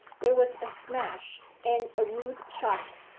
there was a smash and a rude shock.